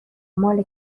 مال